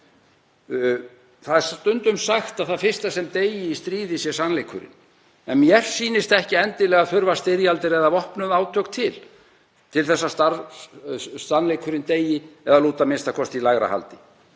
Það er stundum sagt að það fyrsta sem deyi í stríði sé sannleikurinn. En mér sýnist ekki endilega þurfa til styrjaldir eða vopnuð átök til þess að sannleikurinn deyi eða lúti a.m.k. í lægra haldi.